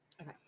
okay